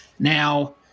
Now